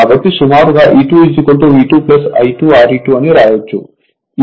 కాబట్టి సుమారు E2 V 2 I 2 R e2 అని వ్రాయవచ్చు